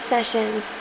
Sessions